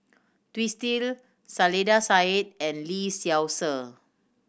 Twisstii Saiedah Said and Lee Seow Ser